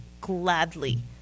gladly